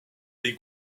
des